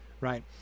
right